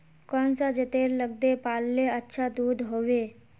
कौन सा जतेर लगते पाल्ले अच्छा दूध होवे?